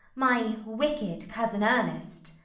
my wicked cousin ernest.